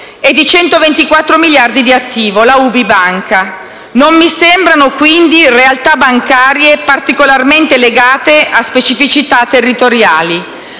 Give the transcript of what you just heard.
e di 124 miliardi (la UBI Banca). Non mi sembrano, quindi, realtà bancarie particolarmente legate a specificità territoriali.